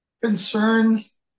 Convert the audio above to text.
Concerns